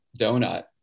donut